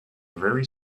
very